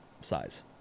size